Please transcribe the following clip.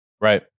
Right